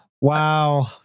Wow